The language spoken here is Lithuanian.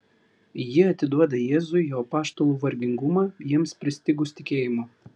ji atiduoda jėzui jo apaštalų vargingumą jiems pristigus tikėjimo